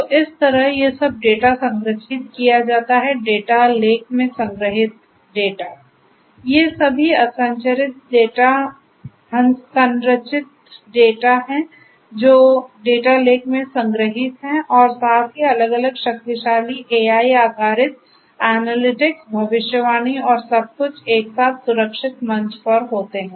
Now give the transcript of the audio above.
तो इस तरह यह सब डेटा संग्रहीत किया जाता है डेटा लेक में संग्रहीत डेटा ये सभी असंरचित डेटा हैं जो डेटा लेक में संग्रहीत हैं और साथ ही अलग अलग शक्तिशाली एआई आधारित एनालिटिक्स भविष्यवाणी और सब कुछ एक साथ सुरक्षित मंच पर होते हैं